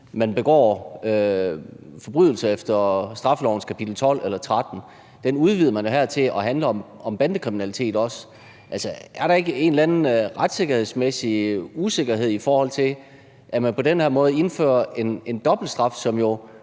man begår forbrydelser efter straffelovens § 12 eller 13. Det udvider man her til også at handle om bandekriminalitet. Er der ikke en eller anden retssikkerhedsmæssig usikkerhed, i forhold til at man på den her måde indfører en dobbeltstraf, som jo